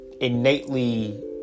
innately